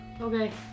okay